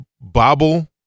bobble